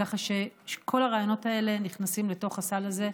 ככה שכל הרעיונות האלה נכנסים לתוך הסל הזה.